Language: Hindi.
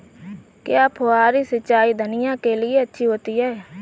क्या फुहारी सिंचाई धनिया के लिए अच्छी होती है?